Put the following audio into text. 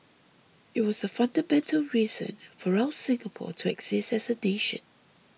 it was the fundamental reason for our Singapore to exist as a nation